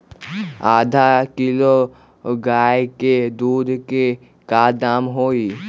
आधा किलो गाय के दूध के का दाम होई?